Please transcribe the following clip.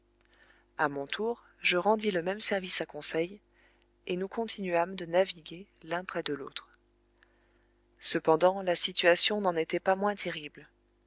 a mon tour je rendis le même service à conseil et nous continuâmes de naviguer l'un près de l'autre cependant la situation n'en était pas moins terrible